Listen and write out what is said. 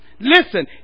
Listen